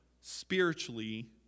spiritually